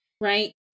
right